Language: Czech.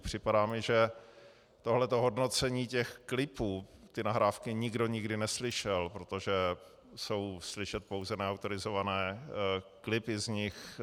Připadá mi, že tohleto hodnocení těch klipů, ty nahrávky nikdo nikdy neslyšel, protože jsou slyšet pouze neautorizované klipy z nich.